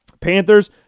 Panthers